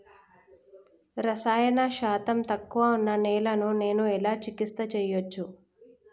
రసాయన శాతం తక్కువ ఉన్న నేలను నేను ఎలా చికిత్స చేయచ్చు?